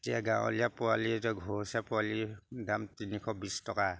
এতিয়া গাঁৱলীয়া পোৱালি এতিয়া ঘৰচীয়া পোৱালিৰ দাম তিনিশ বিছ টকা